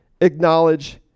acknowledge